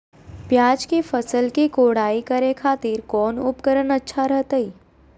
प्याज के फसल के कोढ़ाई करे खातिर कौन उपकरण अच्छा रहतय?